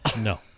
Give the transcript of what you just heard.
No